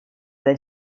del